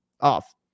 off